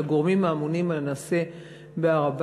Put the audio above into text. לגורמים האמונים על הנעשה בהר-הבית.